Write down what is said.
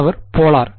மாணவர் போலார்